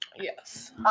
yes